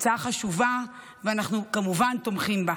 ההצעה חשובה, ואנחנו כמובן תומכים בה.